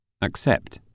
accept